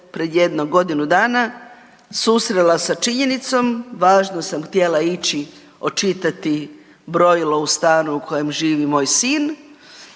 pred jedno godinu dana susrela sa činjenicom, važno sam htjela ići očitati brojilo u stanu u kojem živi moj sin